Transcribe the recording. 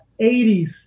80s